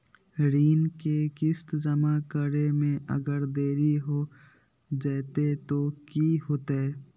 ऋण के किस्त जमा करे में अगर देरी हो जैतै तो कि होतैय?